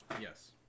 Yes